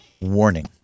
Warning